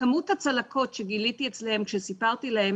כמות הצלקות שהשארתי בהם כשסיפרתי להם